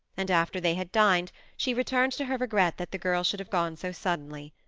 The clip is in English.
and, after they had dined, she returned to her regret that the girl should have gone so suddenly.